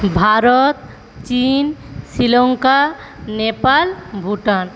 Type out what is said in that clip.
ভারত চীন শ্রীলংকা নেপাল ভুটান